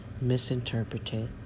misinterpreted